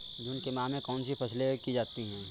जून के माह में कौन कौन सी फसलें की जाती हैं?